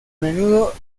menudo